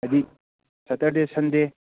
ꯍꯥꯏꯗꯤ ꯁꯦꯇꯔꯗꯦ ꯁꯟꯗꯦ